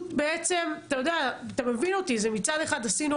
בעצם, אתה מבין אותי, מצד אחד עשיתם